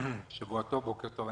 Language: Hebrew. שבוע טוב, בוקר טוב.